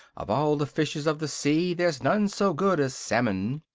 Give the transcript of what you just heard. of all the fishes of the sea there's none so good as salmon!